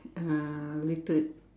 uh little